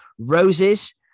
Roses